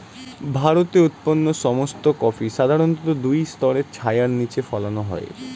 ভারতে উৎপন্ন সমস্ত কফি সাধারণত দুই স্তরের ছায়ার নিচে ফলানো হয়